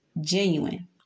Genuine